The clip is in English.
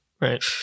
Right